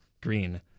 green